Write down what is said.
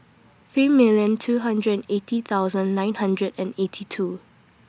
three million two hundred eighty thousand nine hundred and eighty two